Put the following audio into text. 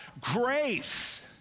grace